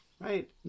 Right